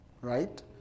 right